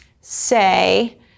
say